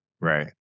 Right